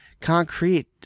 concrete